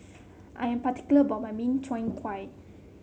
I am particular about my Min Chiang Kueh